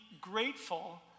grateful